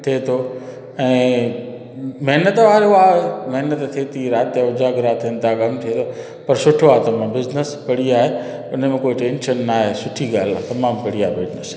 थिए थो ऐं महिनत वारो आहे महिनत थिए थी राति जो उजागरा थियनि था कमु थिए थो पर सुठो तमामु बिज़नेस बढ़िया आहे हुन में कोई टैंशन नाहे सुठी ॻाल्हि आहे तमामु बढ़िया बिज़नेस आहे